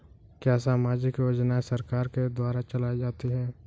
क्या सामाजिक योजनाएँ सरकार के द्वारा चलाई जाती हैं?